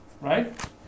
Right